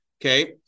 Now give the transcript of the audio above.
Okay